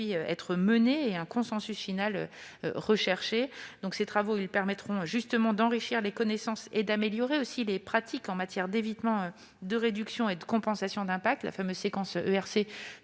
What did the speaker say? être menées et un consensus final doit être recherché. Ces travaux permettront d'enrichir les connaissances et d'améliorer les pratiques en matière d'évitement, de réduction et de compensation des impacts, la fameuse séquence ERC